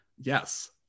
Yes